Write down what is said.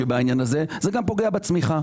זה גם פוגע בצמיחה.